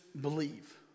believe